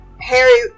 Harry